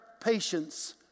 patience